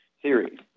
theory